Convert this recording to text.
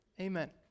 Amen